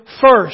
first